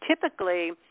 typically